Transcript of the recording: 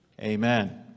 Amen